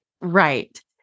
Right